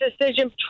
decision